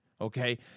Okay